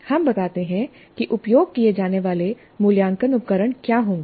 हम बताते हैं कि उपयोग किए जाने वाले मूल्यांकन उपकरण क्या होंगे